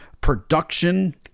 production